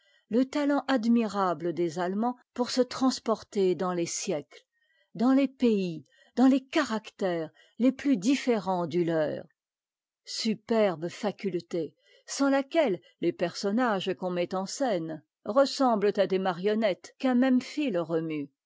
te talent admirable des allemands pour se transporter dans tes sièctes dans les pays dans les caractères les plus différents du leur superbe faculté sans laquelle tes personnages qu'on met en scène ressemblent à des màrionnettés qu'un même fil remue